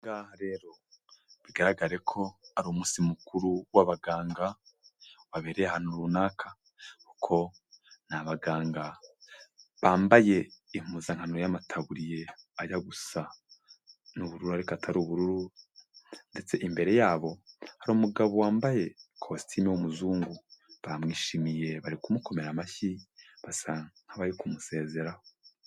Aha ngaha rero, bigaragare ko ari umunsi mukuru w'abaganga, wabereye ahantu runaka. Kuko ni abaganga bambaye impuzankano y'amataburiye ajya gusa n'ubururu ariko atari ubururu, ndetse imbere yabo harimu umugabo wambaye kositime w'umuzungu, bamwishimiye bari kumukomera amashyi, basa nkabari kumusezeraho.